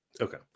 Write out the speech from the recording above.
Okay